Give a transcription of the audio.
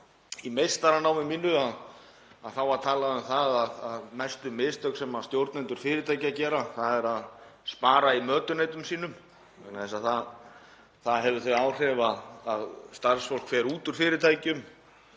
í meistaranámi mínu var talað um að mestu mistök sem stjórnendur fyrirtækja gera er að spara í mötuneytum sínum vegna þess að það hefur þau áhrif að starfsfólk fer út úr fyrirtækjunum